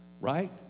Right